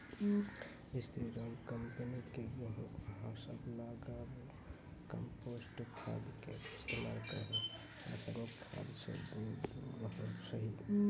स्री Ram company के गेहूँ अहाँ सब लगाबु कम्पोस्ट खाद के इस्तेमाल करहो रासायनिक खाद से दूर रहूँ?